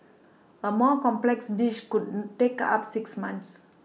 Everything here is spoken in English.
a more complex dish could take up six months